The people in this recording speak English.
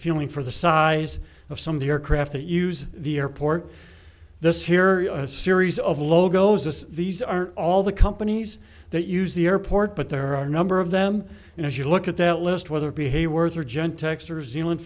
feeling for the size of some of the aircraft that use the airport this here a series of logos as these are all the companies that use the airport but there are a number of them and as you look at that list whether it be hayworth or gentex or zealand